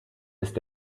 ist